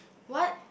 what